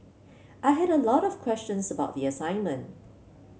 I had a lot of questions about the assignment